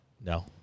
No